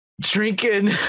drinking